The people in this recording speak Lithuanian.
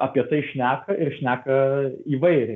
apie tai šneka ir šneka įvairiai